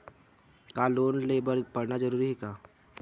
का लोन ले बर पढ़ना जरूरी हे का?